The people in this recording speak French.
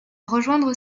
rejoindre